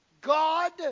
God